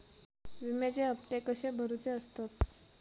विम्याचे हप्ते कसे भरुचे असतत?